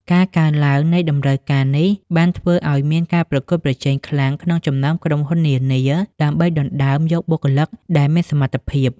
ការកើនឡើងនៃតម្រូវការនេះបានធ្វើឱ្យមានការប្រកួតប្រជែងខ្លាំងក្នុងចំណោមក្រុមហ៊ុននានា ដើម្បីដណ្តើមយកបុគ្គលិកដែលមានសមត្ថភាព ។